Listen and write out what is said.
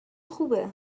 خوبه